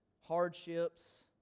hardships